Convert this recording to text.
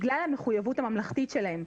בגלל המחויבות הממלכתית שלהם,